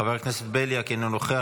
חבר הכנסת בליאק, אינו נוכח.